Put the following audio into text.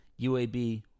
UAB